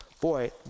Boy